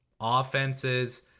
offenses